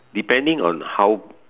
depending on how